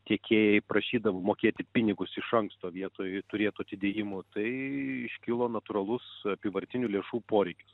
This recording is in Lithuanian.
tiekėjai prašydavo mokėti pinigus iš anksto vietoj turėtų atidėjimų tai iškilo natūralus apyvartinių lėšų poreikis